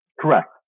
Correct